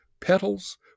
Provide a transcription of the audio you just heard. Petals